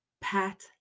Pat